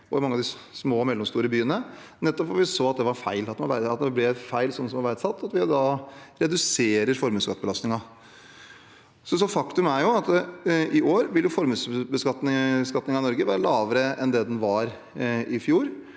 og i mange av de små og mellomstore byene. Det er fordi vi så at det ble feil sånn det var verdsatt, og vi reduserer da formuesskattebelastningen. Faktum er at i år vil formuesbeskatningen i Norge være lavere enn det den var i fjor.